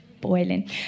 boiling